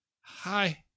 hi